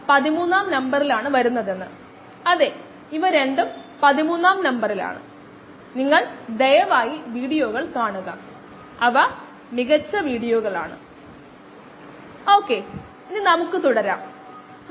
5 മില്ലിമോളോ അതിൽ കൂടുതലോ ഉണ്ടാകും സമയം 30 മിനിറ്റിനുള്ളിൽ കുറവാണെങ്കിൽ മീഡിയത്തിൽ വിഷാംശം അടങ്ങിയിരിക്കില്ല